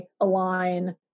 align